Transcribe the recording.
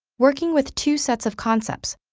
working with two sets of concepts,